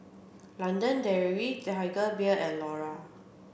London Dairy Tiger Beer and Iora